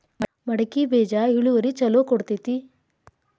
ಮಡಕಿ ಬೇಜ ಇಳುವರಿ ಛಲೋ ಕೊಡ್ತೆತಿ?